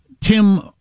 Tim